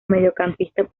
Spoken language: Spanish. mediocampista